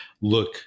look